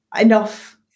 enough